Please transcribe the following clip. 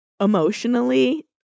emotionally